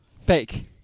Fake